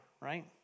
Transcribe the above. right